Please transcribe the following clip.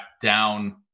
down